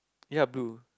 ya blue